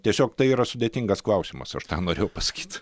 tiesiog tai yra sudėtingas klausimas aš tą norėjau pasakyt